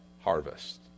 harvest